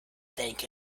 think